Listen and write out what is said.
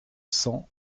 cents